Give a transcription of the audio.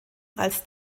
als